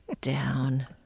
down